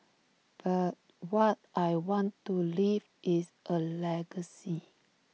but what I want to leave is A legacy